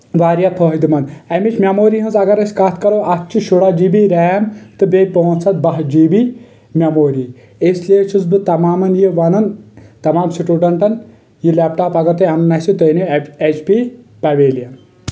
واریاہ فٲہِدٕ منٛد امیچ میٚموری ہنٛز اگر أسۍ کتھ کرو اتھ چھِ شُراہ جی بی ریم تہٕ بییٚہِ پانژھ ہتھ باہہ جی بی میٚموری اس لیے چھُس بہٕ تمامن یہِ ونان تمام سٹوڈنٹن یہِ لیٚپ ٹاپ اگر تۄہہ انُن آسو تُہۍ أنو ایٚہ ایچ پی پویلِین